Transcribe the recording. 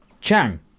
Chang